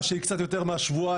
זה לא סתר אחד את השני.